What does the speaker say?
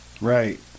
Right